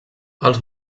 als